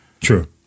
true